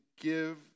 give